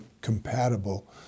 compatible